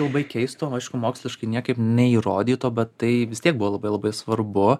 labai keisto aišku moksliškai niekaip neįrodyto bet tai vis tiek buvo labai labai svarbu